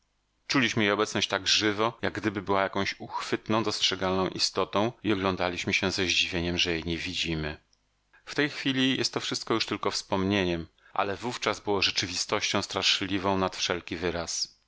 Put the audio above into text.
czuliśmy jej obecność tak żywo jak gdyby była jakąś uchwytną dostrzegalną istotą i oglądaliśmy się ze zdziwieniem że jej nie widzimy w tej chwili jest to wszystko już tylko wspomnieniem ale wówczas było rzeczywistością straszliwszą nad wszelki wyraz